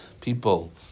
people